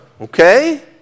Okay